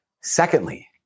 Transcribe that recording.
Secondly